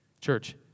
Church